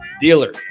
dealer